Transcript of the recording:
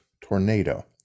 tornado